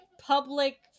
public